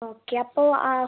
okay അപ്പോൾ